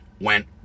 went